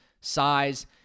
size